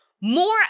more